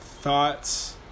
thoughts